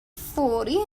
فوری